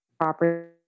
property